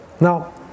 Now